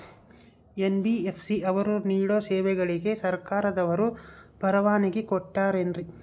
NBFC ಅವರು ನೇಡೋ ಸೇವೆಗಳಿಗೆ ಸರ್ಕಾರದವರು ಪರವಾನಗಿ ಕೊಟ್ಟಾರೇನ್ರಿ?